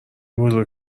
بزرگ